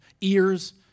Ears